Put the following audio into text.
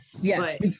Yes